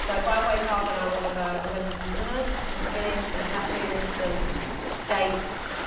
so if i wake up and i wanna go, i'm gonna have some hummus, some spinach, some cashews, some dates,